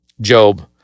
Job